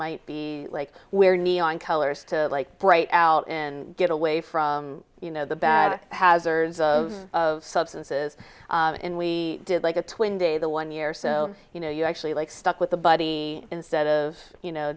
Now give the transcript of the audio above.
might be like we're neon colors to break out and get away from you know the bad hazards of substances in we did like a twin day the one year so you know you actually like stuck with the body instead of you know